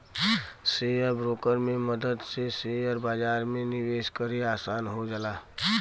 share broker के मदद से शेयर बाजार में निवेश करे आसान हो जाला